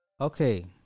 Okay